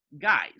guys